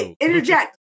interject